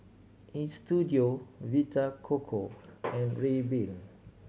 Istudio Vita Coco and Rayban